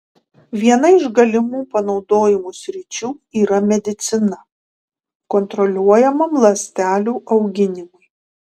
viena iš galimų panaudojimo sričių yra medicina kontroliuojamam ląstelių auginimui